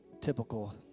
typical